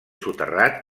soterrat